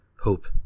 hope